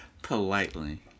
Politely